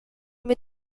mit